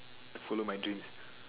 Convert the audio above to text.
follow my dreams